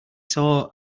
saw